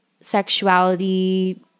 sexuality